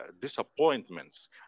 disappointments